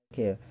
Okay